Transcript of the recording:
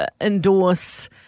endorse